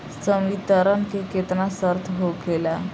संवितरण के केतना शर्त होखेला?